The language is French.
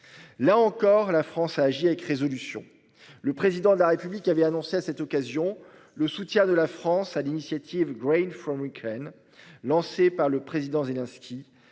Là encore, la France a agit avec résolution. Le président de la République, il avait annoncé à cette occasion le soutien de la France à l'initiative Green from Ukraine lancée par le président Zelensky